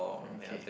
okay